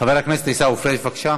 חבר הכנסת עיסאווי פריג', בבקשה,